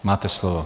Máte slovo.